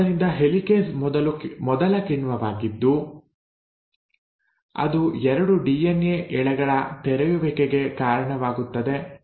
ಆದ್ದರಿಂದ ಹೆಲಿಕೇಸ್ ಮೊದಲ ಕಿಣ್ವವಾಗಿದ್ದು ಅದು 2 ಡಿಎನ್ಎ ಎಳೆಗಳ ತೆರೆಯುವಿಕೆಗೆ ಕಾರಣವಾಗುತ್ತದೆ